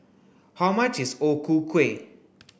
how much is O Ku Kueh